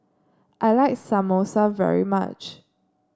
I like Samosa very much